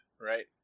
Right